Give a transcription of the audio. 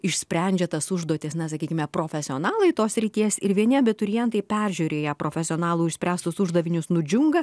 išsprendžia tas užduotis na sakykime profesionalai tos srities ir vieni abiturientai peržiūrėję profesionalų išspręstus uždavinius nudžiunga